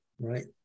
right